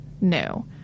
No